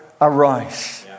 arise